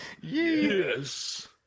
yes